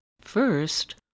first